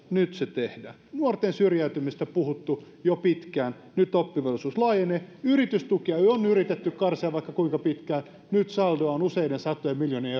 nyt se tehdään nuorten syrjäytymisestä on puhuttu jo pitkään nyt oppivelvollisuus laajenee yritystukia on yritetty karsia vaikka kuinka pitkään nyt saldoa on useiden satojen miljoonien